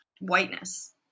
whiteness